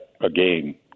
again